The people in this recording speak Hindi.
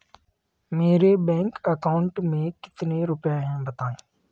मेरे बैंक अकाउंट में कितने रुपए हैं बताएँ?